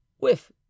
With